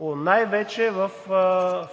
най-вече във